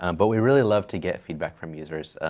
and but we really love to get feedback from users.